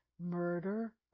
murder